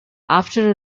after